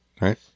right